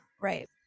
Right